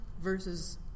versus